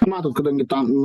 matot kadangi tam